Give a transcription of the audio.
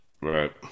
right